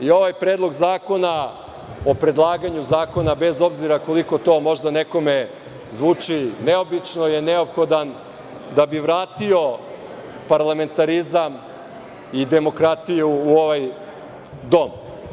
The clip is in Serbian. I ovaj Predlog zakona o predlaganju zakona, bez obzira koliko to možda nekome zvuči neobično, je neophodan da bi vratio parlamentarizam i demokratiju u ovaj dom.